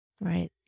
Right